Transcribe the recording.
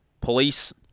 Police